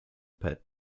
pet